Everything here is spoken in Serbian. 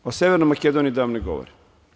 O Severnoj Makedoniji da vam ne govorim.